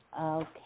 Okay